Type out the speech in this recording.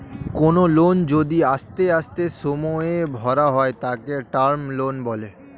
কোনো লোন যদি আস্তে আস্তে সময়ে ভরা হয় তাকে টার্ম লোন বলে